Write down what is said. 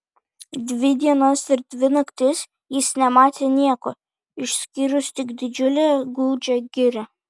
dvi dienas ir dvi naktis jis nematė nieko išskyrus tik didžiulę gūdžią girią